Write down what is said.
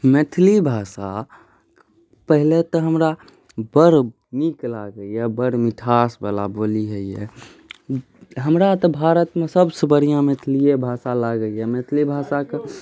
मैथिली भाषा पहिले तऽ हमरा बड़ नीक लागैए बड़ मिठासवला बोली होइए हमरा तऽ भारतमे सबसँ बढ़िआँ मैथिलिए भाषा लागैए मैथिली भाषाके